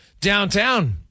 downtown